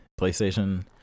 PlayStation